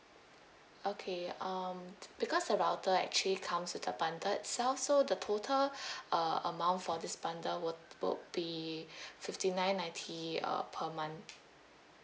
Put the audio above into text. okay um because the router actually comes with the bundle itself so the total uh amount for this bundle would would be fifty nine ninety uh per month